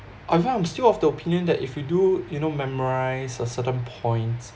I found I'm still of the opinion that if you do you know memorise a certain points